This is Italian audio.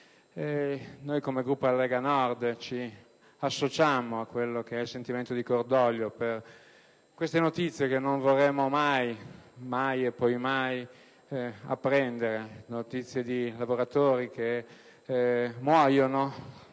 Come Gruppo Lega Nord ci associamo al sentimento di cordoglio per queste notizie che non vorremmo mai e poi mai apprendere: notizie di lavoratori che muoiono.